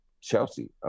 Chelsea